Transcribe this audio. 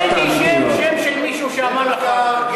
תן לי שם של מישהו שאמר לך את זה.